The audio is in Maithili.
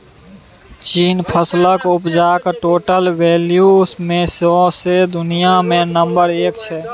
चीन फसलक उपजाक टोटल वैल्यू मे सौंसे दुनियाँ मे नंबर एक छै